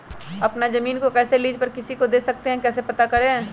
अपना जमीन को कैसे लीज पर किसी को दे सकते है कैसे पता करें?